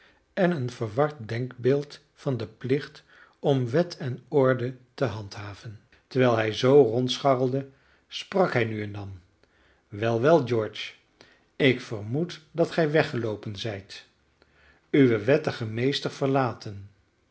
en een verward denkbeeld van den plicht om wet en orde te handhaven terwijl hij zoo rondscharrelde sprak hij nu en dan wel wel george ik vermoed dat gij weggeloopen zijt uw wettigen meester verlaten